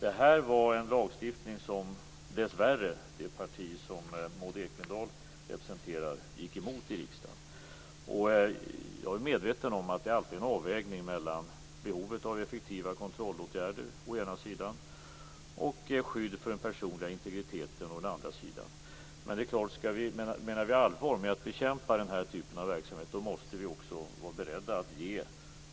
Det var en lagstiftning som dessvärre det parti som Maud Ekendahl representerar gick emot i riksdagen. Jag är medveten om att det är alltid en avvägning mellan å ena sidan behovet av effektiva kontrollåtgärder och å andra sidan skydd för den personliga integriteten. Men om vi menar allvar med att bekämpa den typen av verksamhet måste vi också vara beredda att ge